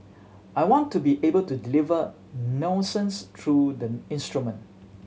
I want to be able to deliver nuances through the instrument